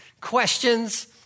questions